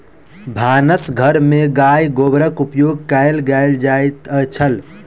भानस घर में गाय गोबरक उपयोग कएल जाइत छल